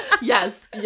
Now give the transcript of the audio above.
Yes